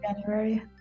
January